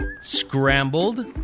Scrambled